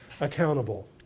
accountable